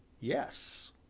yes,